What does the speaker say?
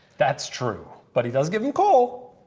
that's true. but he does give them coal.